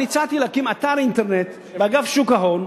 אני הצעתי להקים אתר אינטרנט באגף שוק ההון,